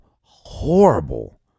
horrible